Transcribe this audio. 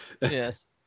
Yes